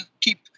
keep